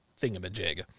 thingamajig